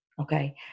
okay